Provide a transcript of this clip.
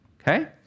Okay